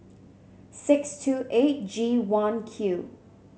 six two eight G one Q